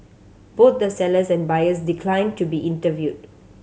both the sellers and buyers declined to be interviewed